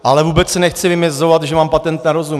Ale vůbec se nechci vymezovat, že mám patent na rozum.